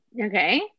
okay